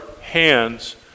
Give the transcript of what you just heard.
hands